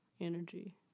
energy